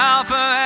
Alpha